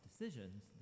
decisions